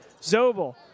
Zobel